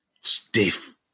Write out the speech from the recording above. stiff